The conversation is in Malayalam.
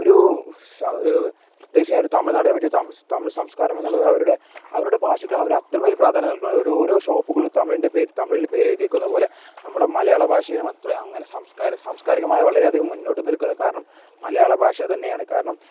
ഒരു പ്രത്യേകിച്ചു ഒരു തമിഴ്നാടിനെ പറ്റി തമിഴ് സംസ്കാരം എന്നുള്ളത് അവരുടെ അവരുടെ ഭാഷയ്ക്ക് അവർ അത്രമേൽ പ്രാധാന്യം നൽകുന്നു ഓരോ ഷോപ്പുകളൂം തമിഴിൻ്റെ പേര് തമിഴിൽ പേര് എഴുതി വയ്ക്കുന്നത് പോലെ നമ്മുടെ മലയാള ഭാഷയിലും അത്ര അങ്ങനെ സംസ്കാരം സംസ്കാരികമായി വളരെ അധികം മുന്നോട്ട് നിൽക്കുന്ന കാരണം മലയാള ഭാഷ തന്നെയാണ് കാരണം